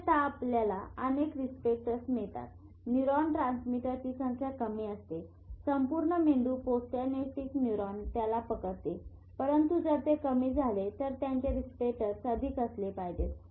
अन्यथा आपल्याला अनेक रिसेप्टर्स मिळतात न्यूरॉन ट्रान्समीटरची संख्या कमी असते संपूर्ण मेंदू पोस्टिनॅप्टिक न्यूरॉन त्याला पकडेल परंतु जर ते कमी झाले तर त्यांचे रिसेप्टर्स अधिक असले पाहिजेत